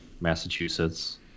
Massachusetts